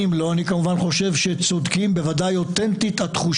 אתמול עבר חוק דחיית בחירות לרבנות.